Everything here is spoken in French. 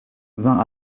vint